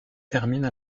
termine